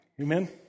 amen